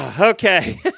Okay